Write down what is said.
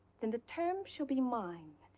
then the terms shall be mine,